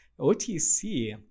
otc